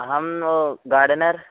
अहं गार्डनर्